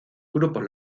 grupos